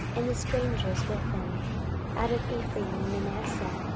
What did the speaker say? and the strangers with them out of ephraim and manasseh,